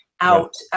out